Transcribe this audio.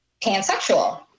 pansexual